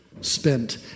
Spent